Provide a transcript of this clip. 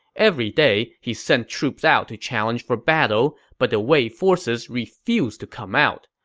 every day, he sent troops out to challenge for battle, but the wei forces refused to come out.